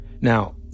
Now